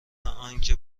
آنکه